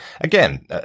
again